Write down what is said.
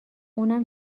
اونم